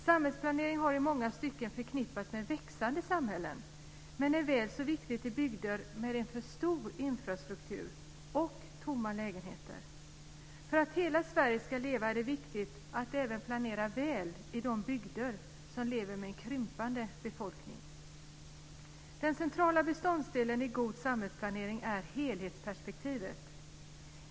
Samhällsplanering har i många stycken förknippats med växande samhällen, men är väl så viktigt i bygder med en för stor infrastruktur och tomma lägenheter. För att hela Sverige ska leva är det viktigt att även planera väl i de bygder som lever med en krympande befolkning. Den centrala beståndsdelen i god samhällsplanering är helhetsperspektivet.